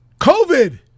COVID